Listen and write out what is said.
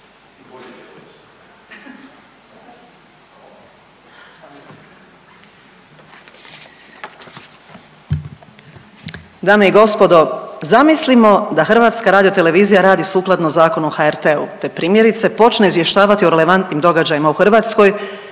Dame i gospodo zamislimo da HRT radi sukladno Zakonu o HRT-u te primjerice počne izvještavati o relevantnim događajima u Hrvatskoj